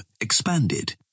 expanded